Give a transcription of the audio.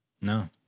No